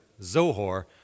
Zohor